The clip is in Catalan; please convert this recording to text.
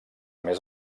més